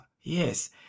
yes